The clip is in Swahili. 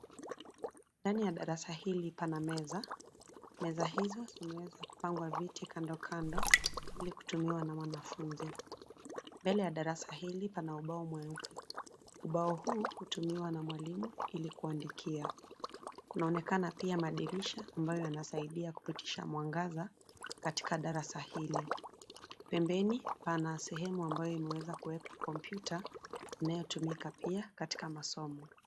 Ndani ya darasa hili pana meza. Meza hizo zimeweza kupangwa viti kando kando ili kutumiwa na wanafunzi. Mbele ya darasa hili pana ubao mweupe. Ubao huu hutumiwa na mwalimu ili kuandikia. Kunaonekana pia madirisha ambayo yanasaidia kupitisha mwangaza katika darasa hili. Pembeni pana sehemu ambayo imeweza kuwekwa kompyuta inayotumika pia katika masomo.